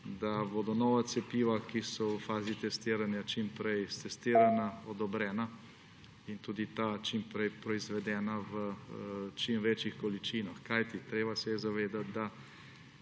da bodo nova cepiva, ki so v fazi testiranja, čim prej stestirana, odobrena in čim prej proizvedena v čim večjih količinah. Treba se je zavedati, da